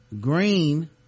Green